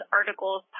articles